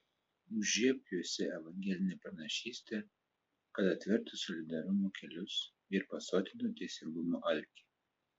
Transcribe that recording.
užžiebk juose evangelinę pranašystę kad atvertų solidarumo kelius ir pasotintų teisingumo alkį